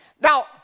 Now